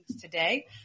Today